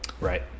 Right